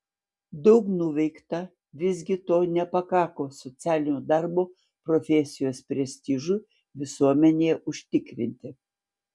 daug nuveikta visgi to nepakako socialinio darbo profesijos prestižui visuomenėje užtikrinti